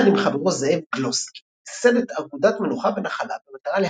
יחד עם חברו זאב גלוסקין ייסד את אגודת מנוחה ונחלה במטרה